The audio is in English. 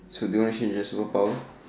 so do you wanna change your superpower